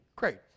Great